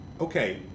Okay